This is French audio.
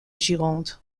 gironde